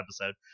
episode